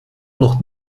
noch